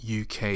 uk